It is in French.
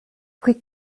pris